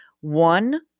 One